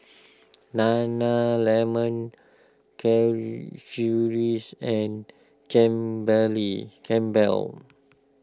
Nana Lemon and can belly Campbell's